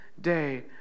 day